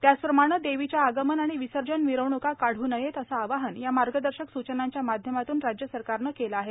त्याचप्रमाणे देवीच्या आगमन आणि विसर्जन मिरवण्का काढू नयेत असं आवाहन या मार्गदर्शक सूचनांच्या माध्यमातून राज्य सरकारनं केलं आहे